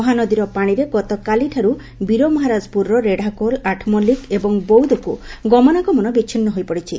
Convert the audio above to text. ମହାନଦୀର ପାଶିରେ ଗତକାଲିଠାରୁ ବୀରମହାରାଜପୁରର ରେଡ଼ାଖୋଲ ଆଠମଲ୍ଲିକ ଓ ବୌଦକୁ ଗମନାଗମନ ବିଛିନୁ ହୋଇପଡ଼ିଛି